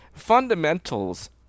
fundamentals